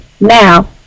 Now